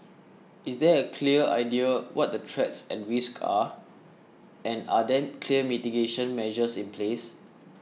is there a clear idea what the threats and risks are and are there clear mitigation measures in place